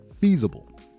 feasible